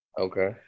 Okay